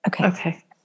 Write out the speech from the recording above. Okay